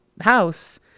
house